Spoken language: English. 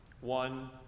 One